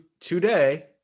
Today